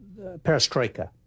Perestroika